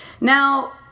Now